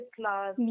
class